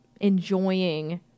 enjoying